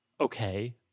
okay